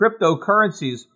cryptocurrencies